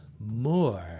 more